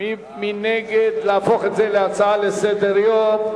מי נגד להפוך את זה להצעה לסדר-היום?